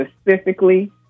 specifically